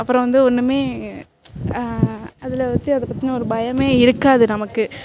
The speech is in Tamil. அப்புறம் வந்து ஒன்றுமே அதில் பற்றி அதைப் பற்றி ஒரு பயம் இருக்காது நமக்கு